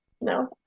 No